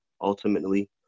Ultimately